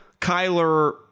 Kyler